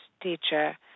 teacher